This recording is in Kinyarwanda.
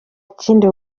kindi